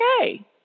okay